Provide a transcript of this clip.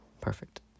perfect